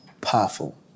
Powerful